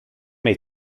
may